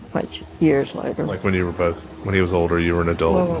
much years later like, when you were both when he was older, you were an adult? well,